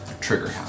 trigger